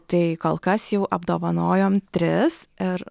tai kol kas jau apdovanojom tris ir